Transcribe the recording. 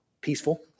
peaceful